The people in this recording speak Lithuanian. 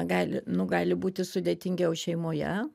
gali nu gali būti sudėtingiau šeimoje